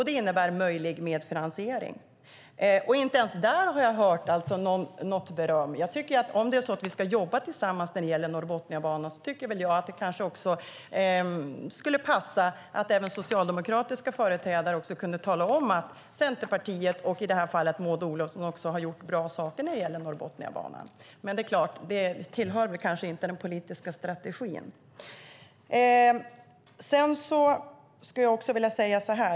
Det innebär möjlig medfinansiering. Inte ens när det gäller detta har jag hört något beröm. Om vi ska jobba tillsammans när det gäller Norrbotniabanan tycker jag att det kanske skulle passa att även socialdemokratiska företrädare kunde tala om att Centerpartiet och i det här fallet Maud Olofsson har gjort bra saker när det gäller Norrbotniabanan. Men det hör kanske inte till den politiska strategin att göra så.